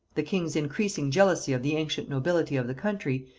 the king's increasing jealousy of the ancient nobility of the country,